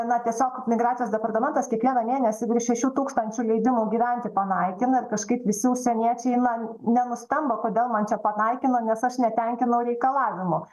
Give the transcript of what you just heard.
na tiesiog migracijos departamentas kiekvieną mėnesį virš šešių tūkstančių leidimų gyventi panaikina ir kažkaip visi užsieniečiai na nenustemba kodėl man čia panaikino nes aš netenkinau reikalavimų